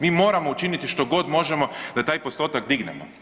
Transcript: Mi moramo učiniti što god možemo da taj postotak dignemo.